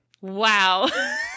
Wow